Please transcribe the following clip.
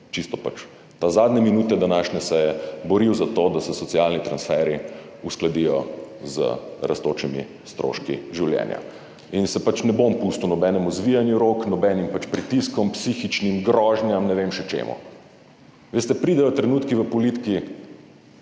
čisto zadnje minute današnje seje boril za to, da se socialni transferji uskladijo z rastočimi stroški življenja. Ne bom se pustil nobenemu zvijanju rok, nobenim pritiskom, psihičnim grožnjam, ne vem še čemu. Veste, pridejo trenutki v politiki,